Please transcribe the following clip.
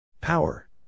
Power